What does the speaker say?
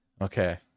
Okay